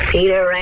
Peter